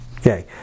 Okay